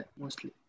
mostly